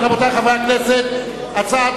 הצעת